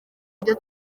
ibyo